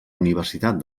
universitat